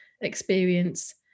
experience